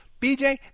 BJ